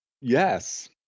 Yes